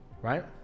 right